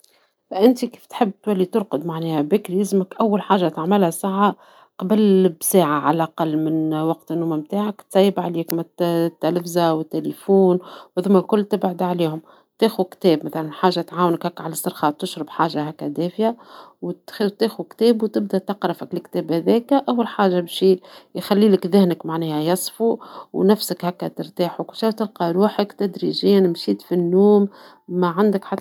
إذا صديقك عنده مشكلة في النوم، نقوله جرب تقنيات الاسترخاء، كيما التنفس العميق أو القراءة قبل النوم. حاول تخلق جو مريح في الغرفة، وتجنب الأكل الثقيل قبل النوم. يمكن تضع موسيقى هادئة أو عطور مريحة. بالصبر، الأمور تتحسن.